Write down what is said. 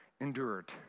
endured